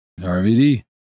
RVD